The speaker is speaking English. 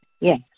Yes